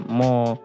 more